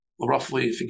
roughly